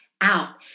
out